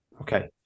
Okay